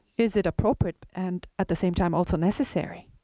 is it appropriate, and at the same time, also necessary?